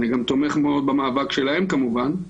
אני גם תומך מאוד במאבק שלהם כמובן.